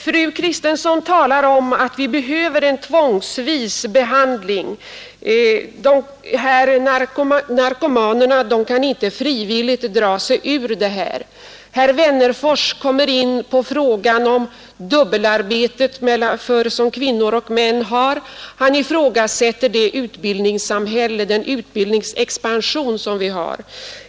Fru Kristensson talar om att vi behöver en tvångsvis behandling och att narkomanerna inte frivilligt kan ta sig ur sitt missbruk. Herr Wennerfors kommer in på frågan om dubbelarbetet som kvinnor och män har; han ifrågasätter det utbildningssamhälle, den utbildningsexpansion som vi har.